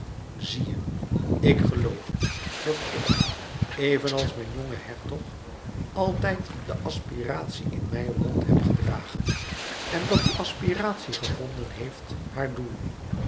zie je ik geloof dat ik evenals mijn jonge hertog altijd de aspiratie in mij rond heb gedragen en dat die aspiratie gevonden heeft haar doel